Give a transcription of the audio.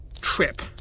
trip